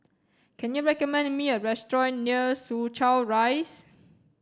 can you recommend me a restaurant near Soo Chow Rise